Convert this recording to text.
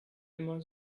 immer